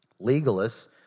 Legalists